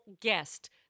guest